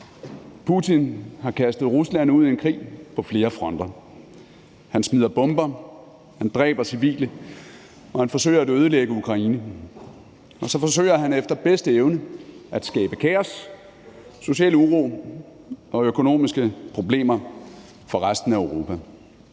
Putin har kastet Rusland ud i en krig på flere fronter. Han smider bomber, han dræber civile, og han forsøger at ødelægge Ukraine, og så forsøger han efter bedste evne at skabe kaos, social uro og økonomiske problemer for resten af Europa.